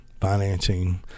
financing